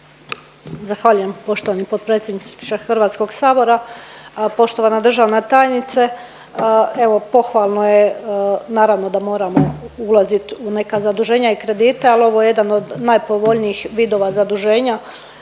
Zahvaljujem poštovani potpredsjedniče Hrvatskog sabora. Poštovana državna tajnice, evo pohvalno je naravno da moramo ulazit u neka zaduženja i kredite, ali ovo je jedan od najpovoljnijih vidova zaduženja